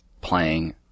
playing